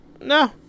no